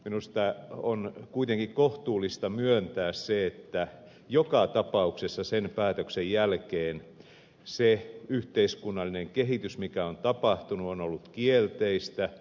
minusta on kuitenkin kohtuullista myöntää se että joka tapauksessa sen päätöksen jälkeen se yhteiskunnallinen kehitys mikä on tapahtunut on ollut kielteistä